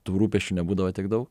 tų rūpesčių nebūdavo tiek daug